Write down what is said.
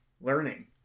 learning